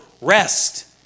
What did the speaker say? rest